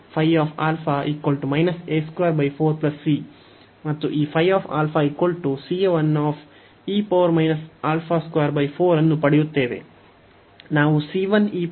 ಆದ್ದರಿಂದ ನಾವು ಈ ಮತ್ತು ಈ ಅನ್ನು ಪಡೆಯುತ್ತೇವೆ